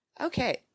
Okay